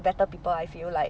better people I feel like